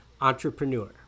entrepreneur